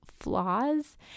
flaws